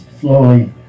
slowly